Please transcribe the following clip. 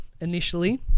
initially